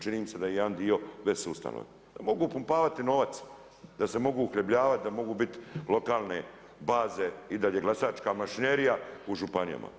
Činjenica da je i jedan dio već … Mogu upumpavati novac da se mogu uhljebljavati, da mogu biti lokalne baze i dalje glasačka mašinerija u županijama.